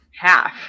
Half